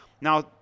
Now